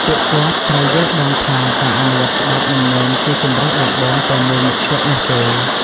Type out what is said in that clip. ពួកគាត់ត្រូវយល់ដឹងថា ការអនុវត្តច្បាប់មិនមែនជាជម្រើសដំបូងតែមួយមុខគត់នោះទេ។